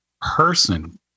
person